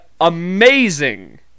amazing